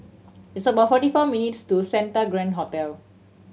it's about forty four minutes' to Santa Grand Hotel